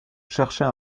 chercher